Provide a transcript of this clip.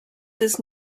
des